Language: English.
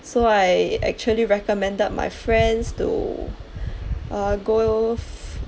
so I actually recommended my friends to uh go